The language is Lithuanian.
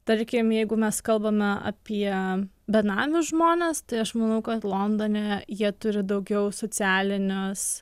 tarkim jeigu mes kalbame apie benamius žmones tai aš manau kad londone jie turi daugiau socialinės